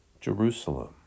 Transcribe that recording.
Jerusalem